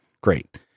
Great